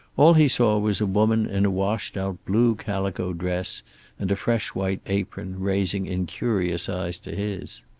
all he saw was a woman in a washed-out blue calico dress and a fresh white apron, raising incurious eyes to his.